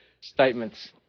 statements